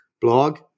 blog